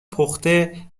پخته